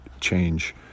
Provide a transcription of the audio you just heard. change